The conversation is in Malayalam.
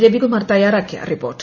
രവികുമാർ തയ്യാറാക്കിയ റിപ്പോർട്ട്